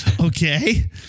okay